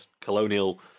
colonial